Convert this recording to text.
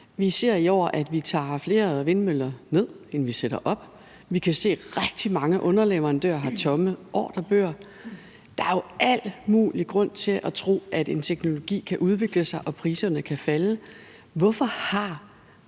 Vi ser i år, at vi tager flere vindmøller ned, end vi sætter op. Vi kan se, at rigtig mange underleverandører har tomme ordrebøger. Der er jo al mulig grund til at tro, at en teknologi kan udvikle sig og priserne kan falde. Hvorfor har